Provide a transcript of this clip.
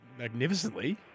Magnificently